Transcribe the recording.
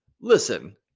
Listen